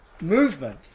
movement